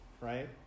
right